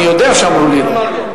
אני יודע שאמרו לי לא.